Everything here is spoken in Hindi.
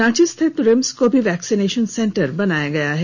रांची स्थित रिम्स को भी वैक्सीनेशन सेंटर बनाया गया है